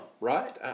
right